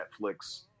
Netflix